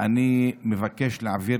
אני מבקש להעביר